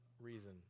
reason